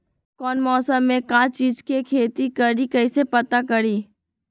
कौन मौसम में का चीज़ के खेती करी कईसे पता करी?